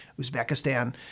Uzbekistan